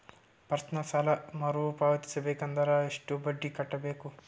Personal ಸಾಲ ಮರು ಪಾವತಿಸಬೇಕಂದರ ಎಷ್ಟ ಬಡ್ಡಿ ಕಟ್ಟಬೇಕು?